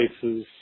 places